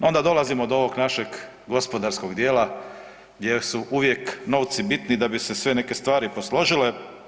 Onda dolazimo do ovog našeg gospodarskog dijela gdje su uvijek novci bitni da bi se sve neke stvari posložile.